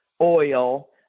oil